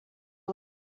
ала